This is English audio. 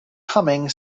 humming